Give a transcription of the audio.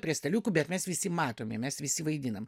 prie staliukų bet mes visi matome mes visi vaidinam